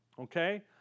okay